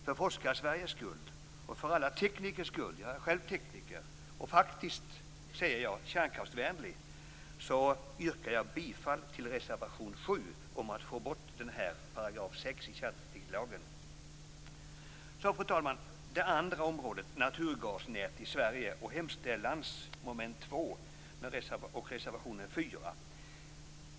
För Forskarsveriges skull, för alla teknikers skull - jag är själv tekniker och jag är faktiskt kärnkraftsvänlig - yrkar jag bifall till reservation 7 om att få bort 6 § i kärntekniklagen. Så, fru talman, över till det andra området, naturgasnät i Sverige, alltså hemställans mom. 2 och reservation 4.